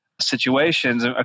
situations